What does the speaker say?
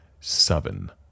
Seven